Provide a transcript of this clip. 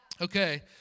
Okay